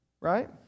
right